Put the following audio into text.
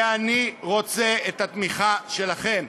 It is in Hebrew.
ואני רוצה את התמיכה שלכם.